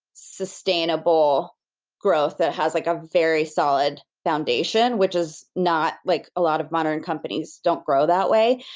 sustainable growth that has like a very solid foundation, which is not like a lot of modern companies don't grow that way.